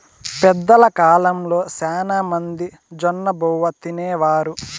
పెద్దల కాలంలో శ్యానా మంది జొన్నబువ్వ తినేవారు